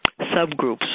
subgroups